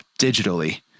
digitally